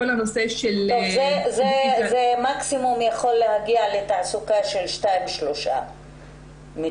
זה יכול להגיע מקסימום לתעסוקה של שתיים שלוש נשים.